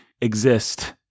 exist